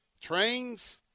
trains